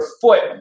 foot